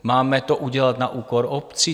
Máme to udělat na úkor obcí?